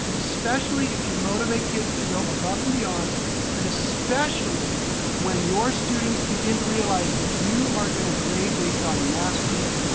especially if you motivate kids to go above and beyond and especially when your students begin to realize that you are gonna grade based on mastery,